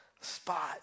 spot